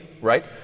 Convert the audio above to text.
right